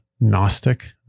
Gnostic